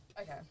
Okay